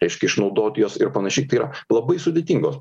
reiškia išnaudoti juos ir panašiai tai yra labai sudėtingos